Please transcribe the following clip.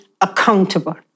accountable